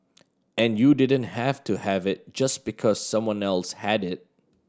and you didn't have to have it just because someone else had it